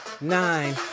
nine